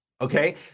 Okay